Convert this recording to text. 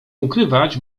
ukrywać